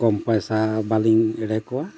ᱠᱚᱢ ᱯᱟᱭᱥᱟ ᱵᱟᱹᱞᱤᱧ ᱮᱲᱮ ᱠᱚᱣᱟ